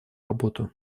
работу